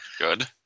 Good